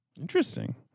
Interesting